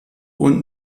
und